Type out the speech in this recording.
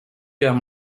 guerre